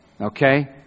Okay